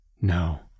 No